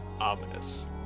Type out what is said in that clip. ominous